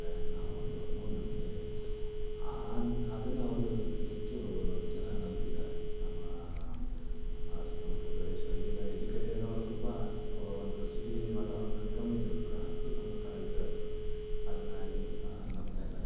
ಅನ್ನೋ ಒಂದು ಮೂಢನಂಬಿಕೆ ಇದೆ ಅದನ್ನ ಅವರು ಹೆಚ್ಚು ಜನ ನಂಬ್ತಿದ್ದಾರೆ ನಮ್ಮ ಸುತ್ತಮುತ್ತ ಪ್ರದೇಶಗಳಲ್ಲಿ ಈಗ ಎಜುಕೇಟೆಡ್ಗಳು ಒಂದು ಸ್ವಲ್ಪ ಒಂದು ಸಿಟಿ ವಾತಾವರಣದಲ್ಲಿ ಕಮ್ಮಿ ಇದ್ರೂ ಕೂಡ ಸುತ್ತಮುತ್ತ ಹಳ್ಳಿಗಳಲ್ಲಿ ಅದನ್ನು ಈಗ್ಲೂ ಸಹ ನಂಬ್ತಾಯಿದ್ದಾರೆ